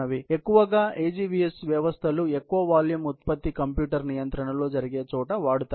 కాబట్టి ఎక్కువగా AGVS వ్యవస్థలు ఎక్కువ వాల్యూమ్ ఉత్పత్తి కంప్యూటర్ నియంత్రణలో జరిగేచోట వాడటతారు